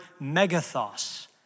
megathos